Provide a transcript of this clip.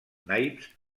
naips